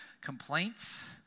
complaints